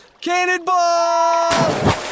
Cannonball